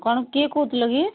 କ'ଣ କିଏ କହୁଥିଲ କି